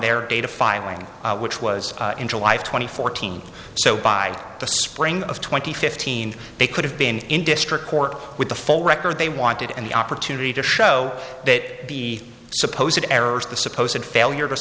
their data filing which was in july of two thousand and fourteen so by the spring of twenty fifteen they could have been in district court with the full record they wanted and the opportunity to show that the supposed errors the supposed failure